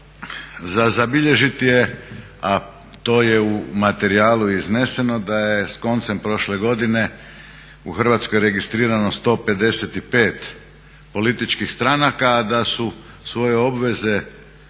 za zabilježiti je, a to je u materijalu izneseno, da je s koncem prošle godine u Hrvatskoj registrirano 155 političkih stranaka, a da su svoje obveze